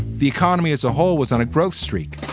the economy as a whole was on a growth streak,